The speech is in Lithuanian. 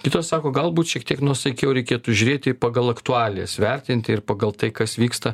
kitos sako galbūt šiek tiek nuosaikiau reikėtų žiūrėti pagal aktualijas vertinti ir pagal tai kas vyksta